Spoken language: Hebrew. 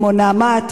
כמו "נעמת",